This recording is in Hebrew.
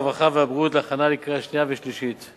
הרווחה והבריאות להכנה לקריאה שנייה ולקריאה שלישית.